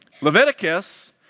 Leviticus